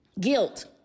Guilt